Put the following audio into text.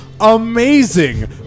amazing